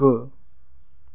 गु